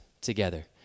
together